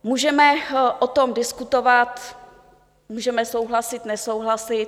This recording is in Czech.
Můžeme o tom diskutovat, můžeme souhlasit, nesouhlasit.